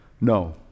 No